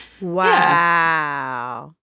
Wow